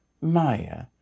Maya